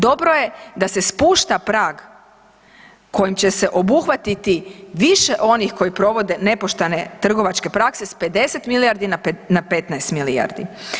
Dobro je da se spušta prag kojim će se obuhvatiti više onih koji provode nepoštene trgovačke prakse s 50 milijardi na 15 milijardi.